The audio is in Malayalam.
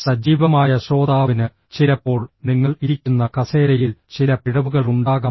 സജീവമായ ശ്രോതാവിന് ചിലപ്പോൾ നിങ്ങൾ ഇരിക്കുന്ന കസേരയിൽ ചില പിഴവുകൾ ഉണ്ടാകാം